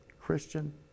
Christian